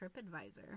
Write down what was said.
TripAdvisor